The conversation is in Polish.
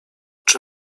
czy